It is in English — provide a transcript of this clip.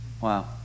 Wow